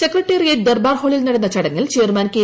secretariat Durbar ഹാളിൽ നടന്ന ചടങ്ങിൽ ചെയർമാൻ കെ